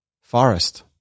forest